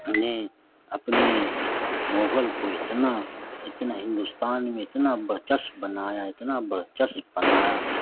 نے اپنے مغل کو اتنا اتنا ہندوستان میں اتنا ورچسو بنایا اتنا ورچسو بنایا